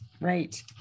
Right